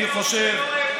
לכן אני אומר,